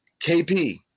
KP